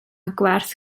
gwerth